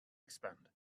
expand